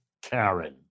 Karen